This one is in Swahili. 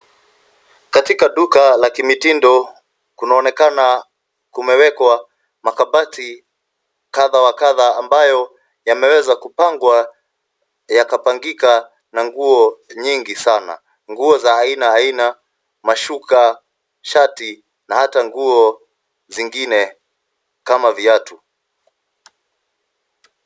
Katika duka la kimitindo kunaonekana kumewekwa makabati kadha wa kadha ambayo yameweza kupangwa yakapangika na nguo nyingi sana. Nguo za aina aina mashuka shati na hata nguo zingine kama viatu.